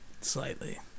Slightly